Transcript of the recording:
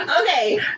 Okay